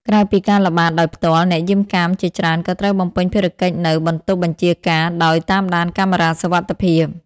ក្រៅពីការល្បាតដោយផ្ទាល់ អ្នកយាមកាមជាច្រើនក៏ត្រូវបំពេញភារកិច្ចនៅ បន្ទប់បញ្ជាការ ដោយ តាមដានកាមេរ៉ាសុវត្ថិភាព។